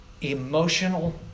emotional